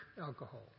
alcohol